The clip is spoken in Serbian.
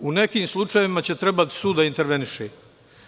U nekim slučajevima će trebati sud da interveniše.